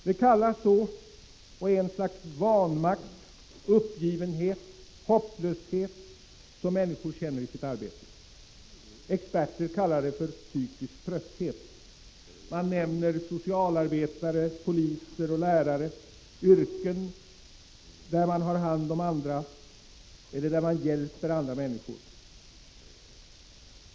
Det kallas så, och är ett slags vanmakt, uppgivenhet och hopplöshet, som människor känner i sitt arbete. Experter kallar det för ”psykisk trötthet”. Här nämns socialarbetare, poliser och lärare — yrken där man har hand om andra eller hjälper andra människor.